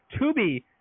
tubi